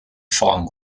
song